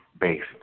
based